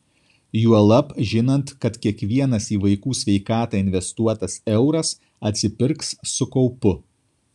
juolab žinant kad kiekvienas į vaikų sveikatą investuotas euras atsipirks su kaupu